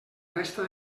resta